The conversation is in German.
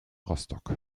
rostock